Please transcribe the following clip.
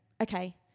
Okay